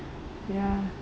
ya